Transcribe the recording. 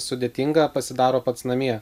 sudėtinga pasidaro pats namie